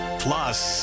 plus